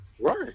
Right